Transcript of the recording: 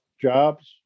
jobs